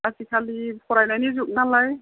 आजिखालि फरायनायनि जुग नालाय